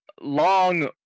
long